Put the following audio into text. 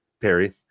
Perry